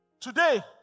Today